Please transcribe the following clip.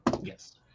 Yes